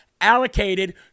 allocated